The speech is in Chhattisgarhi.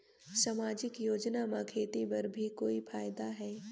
समाजिक योजना म खेती बर भी कोई फायदा है?